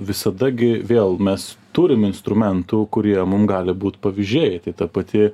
visada gi vėl mes turim instrumentų kurie mum gali būt pavyzdžiai tai ta pati